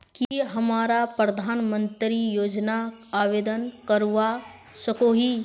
की हमरा प्रधानमंत्री योजना आवेदन करवा सकोही?